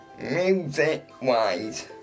music-wise